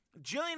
Jillian